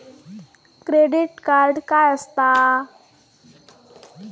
Credit card काय असता?